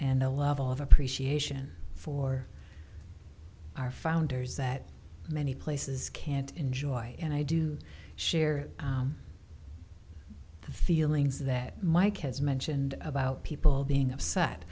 and a level of appreciation for our founders that many places can't enjoy and i do share the feelings that mike has mentioned about people being ups